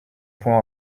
point